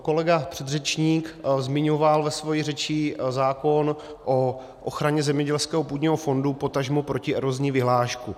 Kolega předřečník zmiňoval ve své řeči zákon o ochraně zemědělského půdního fondu, potažmo protierozní vyhlášku.